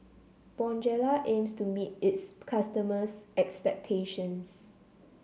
Bonjela aims to meet its customers' expectations